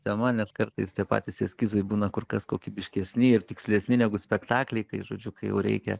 tema nes kartais patys eskizai būna kur kas kokybiškesni ir tikslesni negu spektakliai kai žodžiu kai jau reikia